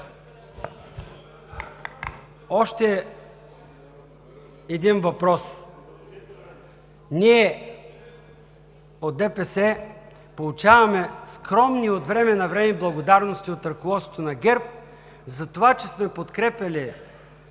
Още един въпрос – ние от ДПС получаваме скромни от време на време благодарности от ръководството на ГЕРБ за това, че сме подкрепяли